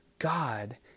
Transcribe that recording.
God